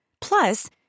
Plus